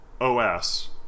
OS